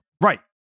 right